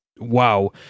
wow